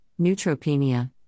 neutropenia